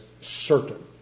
certain